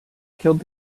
killed